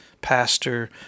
pastor